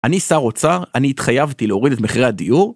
אני שר אוצר, אני התחייבתי להוריד את מחירי הדיור